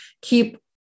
keep